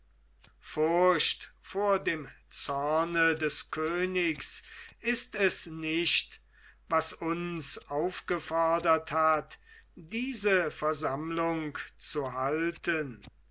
furcht vor dem zorne des königs ist es nicht was uns aufgefordert hat diese versammlung zu halten